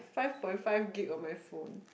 five point five gig on my phone